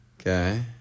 Okay